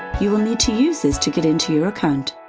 you will need to use this to get into your account.